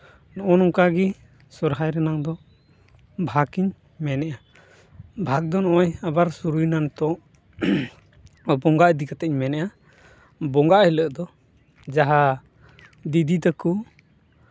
ᱱᱚᱜᱼᱚ ᱱᱚᱝᱠᱟ ᱜᱮ ᱥᱚᱨᱦᱟᱭ ᱨᱮᱱᱟᱝ ᱫᱚ ᱵᱷᱟᱜᱽ ᱤᱧ ᱢᱮᱱᱮᱫᱼᱟ ᱵᱷᱟᱜᱽ ᱫᱚ ᱱᱚᱜᱼᱚᱭ ᱟᱵᱟᱨ ᱥᱩᱨᱩᱭᱮᱱᱟ ᱱᱤᱛᱚᱜ ᱵᱚᱸᱜᱟ ᱤᱫᱤ ᱠᱟᱛᱮᱧ ᱢᱮᱱᱮᱫᱼᱟ ᱵᱚᱸᱜᱟ ᱦᱤᱞᱳᱜ ᱫᱚ ᱡᱟᱦᱟᱸ ᱫᱤᱫᱤ ᱛᱟᱠᱚ